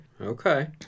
okay